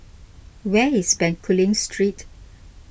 where is Bencoolen Street